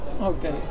Okay